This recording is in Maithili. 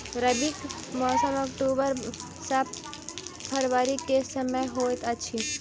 रबीक मौसम अक्टूबर सँ फरबरी क समय होइत अछि